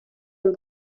and